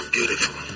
Beautiful